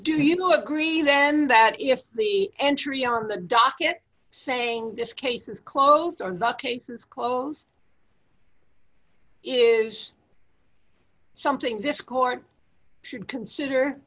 do you agree then that yes the entry on the docket saying this case is closed are not cases closed is something this court should consider